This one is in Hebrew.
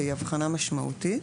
והיא אבחנה משמעותית,